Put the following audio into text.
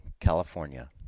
California